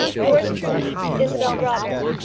yours truly, isabel brodrick.